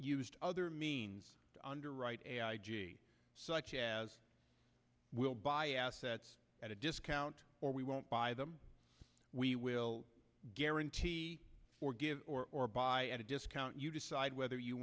used other means to underwrite so much as will buy assets at a discount or we won't buy them we will guarantee for give or buy at a discount you decide whether you